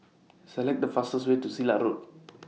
Select The fastest Way to Silat Road